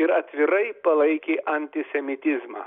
ir atvirai palaikė antisemitizmą